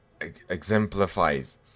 exemplifies